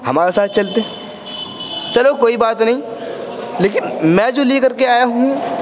ہمارے ساتھ چلتے چلو کوئی بات نہیں لیکن میں جو لے کر کے آیا ہوں